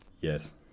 Yes